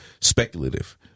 speculative